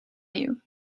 you